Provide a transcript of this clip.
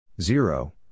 Zero